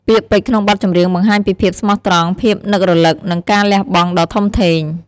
ពាក្យពេចន៍ក្នុងបទចម្រៀងបង្ហាញពីភាពស្មោះត្រង់ ភាពនឹករលឹក និងការលះបង់ដ៏ធំធេង។